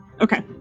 Okay